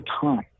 time